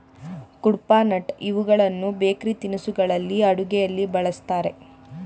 ಕುಡ್ಪನಟ್ ಇವುಗಳನ್ನು ಬೇಕರಿ ತಿನಿಸುಗಳಲ್ಲಿ, ಅಡುಗೆಯಲ್ಲಿ ಬಳ್ಸತ್ತರೆ